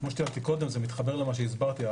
כמו שתיארתי קודם, זה מתחבר למה שהסברתי.